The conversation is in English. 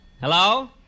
Hello